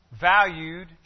valued